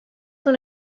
una